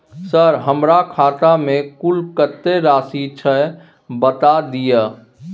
Sir हमरा खाता में कुल कत्ते राशि छै बता दिय?